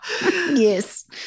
Yes